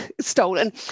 stolen